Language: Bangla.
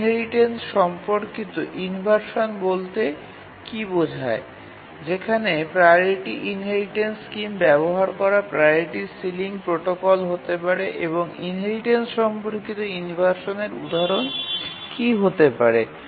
ইনহেরিটেন্স সম্পর্কিত ইনভারসান বলতে কী বোঝায় যেখানে প্রাওরিটি ইনহেরিটেন্স স্কিম ব্যবহার করা প্রাওরিটি সিলিং প্রোটোকল হতে পারে এবং ইনহেরিটেন্স সম্পর্কিত ইনভারসানের উদাহরন কি হতে পারে